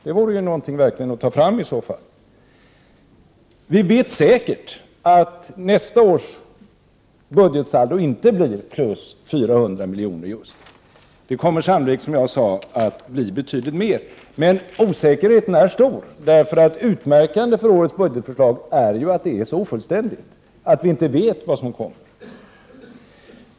Det vore verkligen något att ta fram. Vi vet säkert att nästa års budgetsaldo inte blir plus 400 milj.kr. Det kommer sannolikt, som jag sade tidigare, att bli betydligt mer. Men osäkerheten är stor. Utmärkande för årets budgetförslag är nämligen att det är så ofullständigt. Vi vet inte vad som händer.